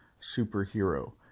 superhero